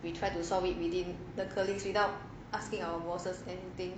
we try to solve it within the colleagues without asking our bosses anything